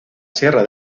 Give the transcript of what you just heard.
sierra